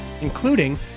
including